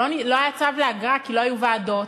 שלא היה צו לאגרה כי לא היו ועדות.